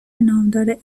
نامدار